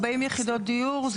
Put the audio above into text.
40 יחידות דיור,